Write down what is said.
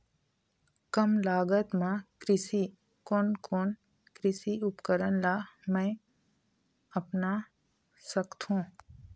कम लागत मा कोन कोन कृषि उपकरण ला मैं अपना सकथो?